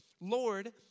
Lord